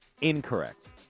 Incorrect